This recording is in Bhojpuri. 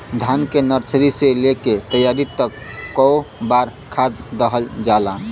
धान के नर्सरी से लेके तैयारी तक कौ बार खाद दहल जाला?